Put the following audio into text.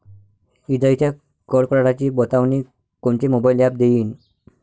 इजाइच्या कडकडाटाची बतावनी कोनचे मोबाईल ॲप देईन?